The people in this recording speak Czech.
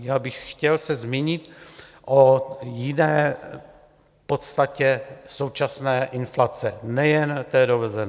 Já bych se chtěl zmínit o jiné podstatě současné inflace, nejen té dovezené.